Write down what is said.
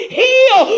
heal